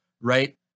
Right